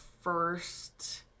first